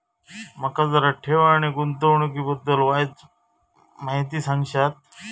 माका जरा ठेव आणि गुंतवणूकी बद्दल वायचं माहिती सांगशात?